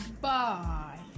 bye